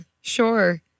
sure